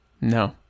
No